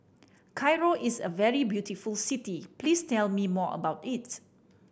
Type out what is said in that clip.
Cairo is a very beautiful city please tell me more about it